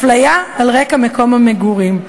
אפליה על רקע מקום המגורים.